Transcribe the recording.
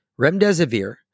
remdesivir